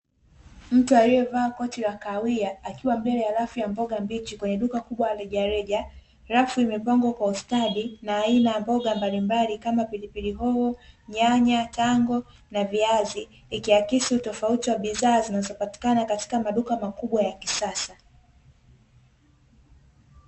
Mtu aliyevaa koti la kahawia akiwa mbele ya rafu ya mboga mbichi, kwenye duka kubwa la rejareja rafu imepangwa kwa ustadi na aina ya mboga mbalimbali kama pilipili hoho, nyanya tango na viazi ikiakisi utofauti wa bidhaa zinazopatikana katika maduka makubwa ya kisasa.